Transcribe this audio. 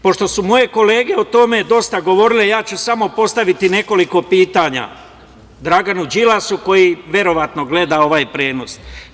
Pošto su moje kolege o tome dosta govorile, ja ću samo postaviti nekoliko pitanja Draganu Đilasu, koji verovatno gleda ovaj prenos.